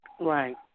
Right